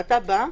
אתה בא,